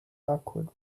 awkward